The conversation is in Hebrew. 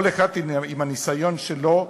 כל אחד עם הניסיון שלו,